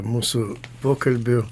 mūsų pokalbiu